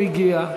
הוא הגיע.